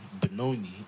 Benoni